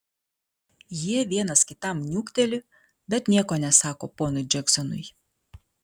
jie vienas kitam niukteli bet nieko nesako ponui džeksonui